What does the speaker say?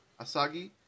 Asagi